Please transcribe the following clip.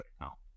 now